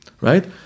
right